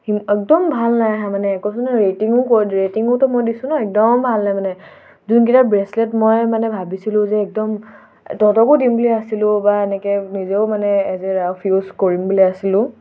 ই একদম ভাল নাই অহা মানে কৈছো নহয় ৰেটিঙো ক ৰেটিঙোতো মই দিছো ন একদম ভাল নাই মানে যোনকেইটা ব্ৰেচলেট মই মানে ভাবিছিলোঁ যে একদম তহঁতকো দিম বুলি আছিলোঁ বা এনেকৈ নিজেও মানে এজ এ ৰাফ ইউজ কৰিম বুলি আছিলোঁ